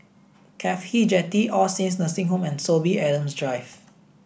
CAFHI Jetty All Saints Nursing Home and Sorby Adams Drive